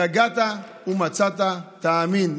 יגעת ומצאת תאמין.